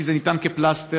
כי זה ניתן כפלסטר,